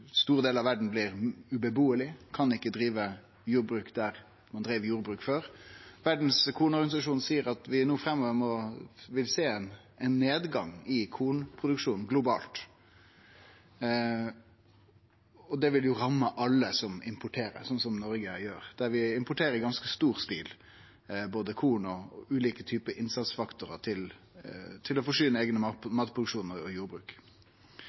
Store delar av verda kan ein ikkje bu i. Ein kan ikkje drive jordbruk der ein dreiv jordbruk før. Verdas kornorganisasjon seier at vi no framover vil sjå ein nedgang i kornproduksjonen globalt, og det vil ramme alle som importerer, slik som Noreg gjer. Vi importerer i ganske stor stil, både korn og ulike typar innsatsfaktorar til å forsyne vår eigen matproduksjon og jordbruk.